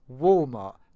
walmart